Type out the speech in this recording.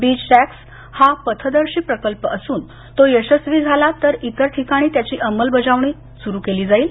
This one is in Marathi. बीच शॅक्स हा पथदर्शी प्रकल्प असून तो यशस्वी झाला तर इतर ठिकाणी त्याची अंमलबजावणी केली जाईल